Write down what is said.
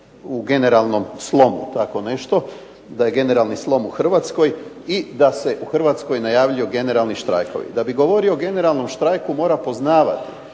u generalnom slomu, tako nešto, da je generalni slom u Hrvatskoj i da se u Hrvatskoj najavljuju generalni štrajkovi. Da bi govorio o generalnom štrajku mora poznavati